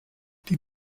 die